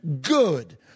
good